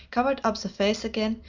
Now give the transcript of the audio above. covered up the face again,